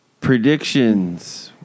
predictions